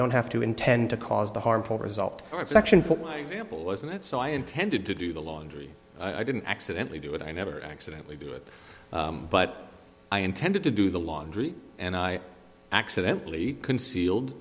don't have to intend to cause the harmful result in section for example isn't it so i intended to do the laundry i didn't accidently do it i never accidently do it but i intended to do the laundry and i accidently concealed